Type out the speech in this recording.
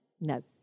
no